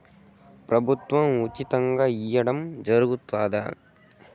ప్రభుత్వం ఉచితంగా ఇయ్యడం జరుగుతాదా?